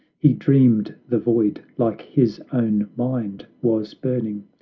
he dreamed the void, like his own mind, was burning,